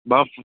मां